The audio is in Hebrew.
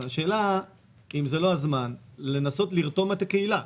השאלה היא אם זה לא הזמן לנסות לרתום את הקהילה.